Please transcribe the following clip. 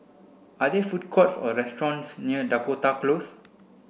are there food courts or restaurants near Dakota Close